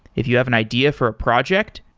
if you have an idea for a project,